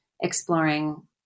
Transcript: exploring